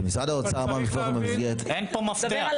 משרד האוצר אמר מקודם --- אין פה מפתח.